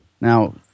Now